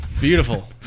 Beautiful